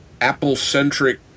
Apple-centric